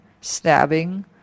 stabbing